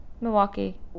Milwaukee